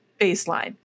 baseline